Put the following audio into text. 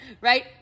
right